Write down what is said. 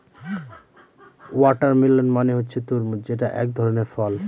watermelon মানে হচ্ছে তরমুজ যেটা এক ধরনের ফল